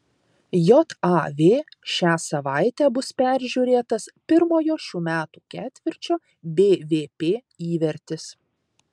jav šią savaitę bus peržiūrėtas pirmojo šių metų ketvirčio bvp įvertis